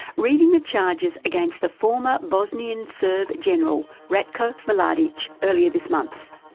reading the charges against the former bosnian serb general, ratko mladic, earlier this month.